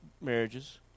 marriages